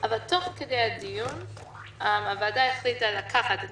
תוך כדי הדיון החליטה הוועדה לקחת את